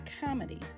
comedy